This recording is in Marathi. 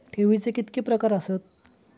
ठेवीचे कितके प्रकार आसत?